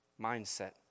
mindset